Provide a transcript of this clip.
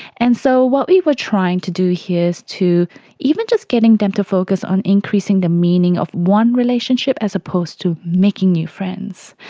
and so what we were trying to do here is to even just getting them to focus on increasing the meaning of one relationship as opposed to making new friends.